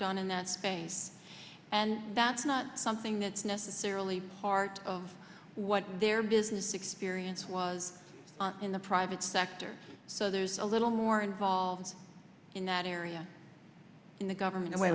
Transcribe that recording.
that space and that's not something that's necessarily part of what their business experience was in the private sector so there's a little more involved in that area in the government a way